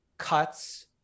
cuts